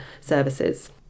services